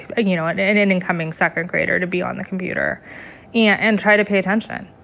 ah you know, and and an incoming second grader to be on the computer yeah and try to pay attention.